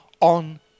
on